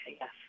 yes